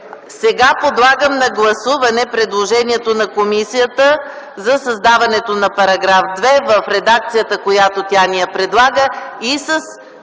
Подлагам на гласуване предложението на комисията за създаването на § 2 в редакцията, която тя ни предлага, и с